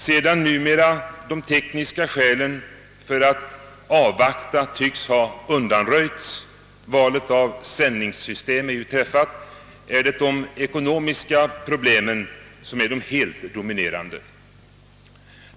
Sedan de tekniska skälen för att avvakta nu tycks ha undanröjts — valet av sändningssystem är ju träffat — är de ekonomiska problemen helt dominerande.